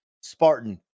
Spartan